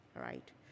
right